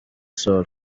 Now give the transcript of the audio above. sol